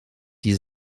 die